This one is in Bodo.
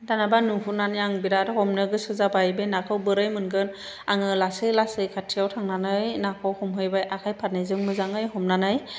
दानाबा नुहुरनानै आं बिराद हमनो गोसो जाबाय बे नाखौ बोरै मोनगोन आङो लासै लासै खाथियाव थांनानै नाखौ हमहैबाय आखाइ फारनैजों मोजाङै हमनानै